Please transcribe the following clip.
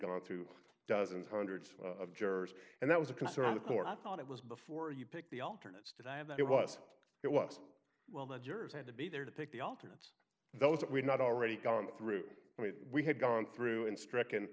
gone through dozens hundreds of jurors and that was a concern of the court i thought it was before you picked the alternates did i that it was it was well the jurors had to be there to take the alternates those that were not already gone through i mean we had gone through and stricken